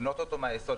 לבנות אותו מהיסוד,